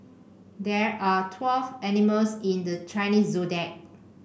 there are twelve animals in the Chinese Zodiac